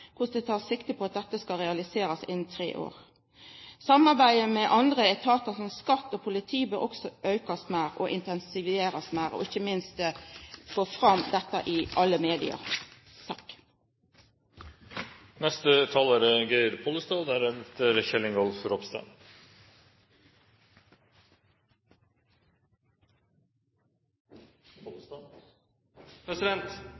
det tas sikte på at dette skal realiseres innen tre år. Samarbeidet med andre etater, som skatteetat og politi, bør også økes og intensiveres mer, og ikke minst bør man få fram dette i alle medier.